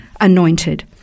anointed